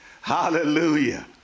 Hallelujah